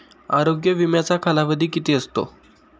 आरोग्य विम्याचा कालावधी किती असतो?